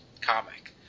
comic